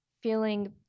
feeling